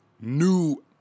new